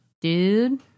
dude